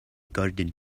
garden